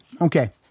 Okay